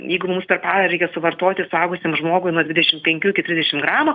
jeigu mums per parą reikia suvartoti suaugusiam žmogui nuo dvidešimt penkių iki trisdešimt gramų